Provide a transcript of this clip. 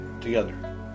together